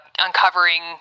uncovering